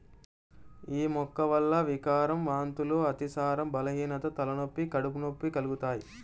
యీ మొక్క వల్ల వికారం, వాంతులు, అతిసారం, బలహీనత, తలనొప్పి, కడుపు నొప్పి కలుగుతయ్